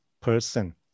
person